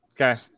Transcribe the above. Okay